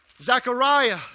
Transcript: Zechariah